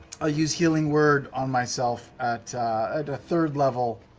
ah use healing word on myself at at third level.